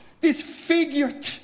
disfigured